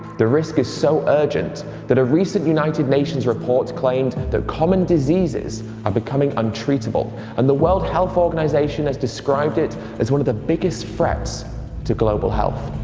the risk is so urgent that a recent united nations report claimed that common diseases are becoming untreatable and the world health organization has described it as one of the biggest threats to global health.